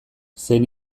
zein